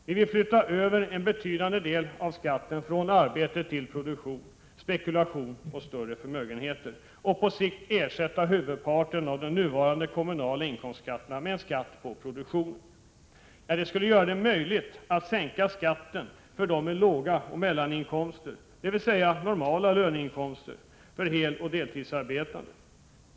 Vi vill flytta över en betydande del av skatten från arbete till produktion, spekulation och större förmögenheter och på sikt ersätta huvudparten av de nuvarande kommunala inkomstskatterna med en skatt på produktionen. Detta skulle göra det möjligt att sänka skatten för dem med låga inkomster och mellaninkomster, dvs. normala löneinkomster för heleller deltidsarbetande.